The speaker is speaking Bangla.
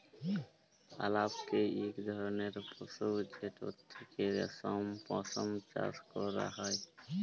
আলাপকে ইক ধরলের পশু যেটর থ্যাকে রেশম, পশম চাষ ক্যরা হ্যয়